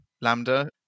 Lambda